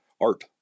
art